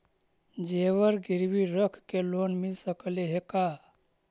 जेबर गिरबी रख के लोन मिल सकले हे का?